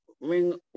ring